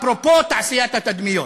אפרופו תעשיית התדמיות.